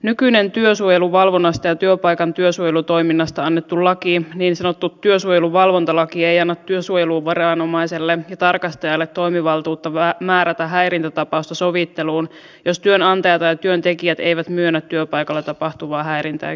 nykyinen työsuojeluvalvonnasta ja työpaikan työsuojelutoiminnasta annettu laki niin sanottu työsuojelun valvontalaki ei anna työsuojeluviranomaiselle ja tarkastajalle toimivaltuutta määrätä häirintätapausta sovitteluun jos työnantaja tai työntekijät eivät myönnä työpaikalla tapahtuvaa häirintää ja kiusaamista